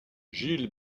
gilles